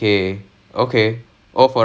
இது கொஞ்ச நாளிலே வரும்:ithu koncha naalilae varum then